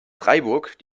freiburg